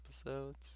episodes